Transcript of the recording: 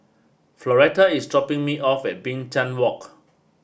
Floretta is dropping me off at Binchang Walk